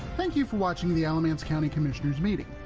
thank you for watching the alamance county commissioners meeting.